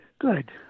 good